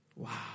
Wow